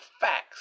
facts